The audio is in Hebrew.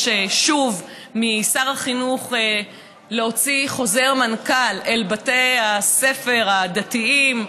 שוב משר החינוך להוציא חוזר מנכ"ל אל בתי הספר הדתיים,